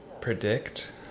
predict